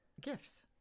gifts